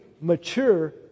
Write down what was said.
mature